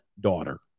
daughter